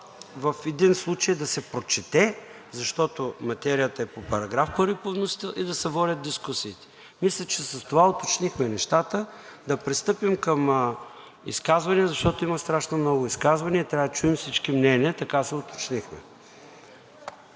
в един случай – да се прочете, защото материята е по § 1 по вносител, и да се водят дискусиите. Мисля, че с това уточнихме нещата. Да пристъпим към изказвания, защото има страшно много изказвания и трябва да чуем всички мнения. Така се уточнихме.